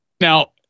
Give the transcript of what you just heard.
Now